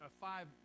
five